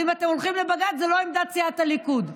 ואם אתם הולכים לבג"ץ זו לא עמדת סיעת הליכוד.